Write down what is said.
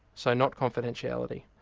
so not confidentiality.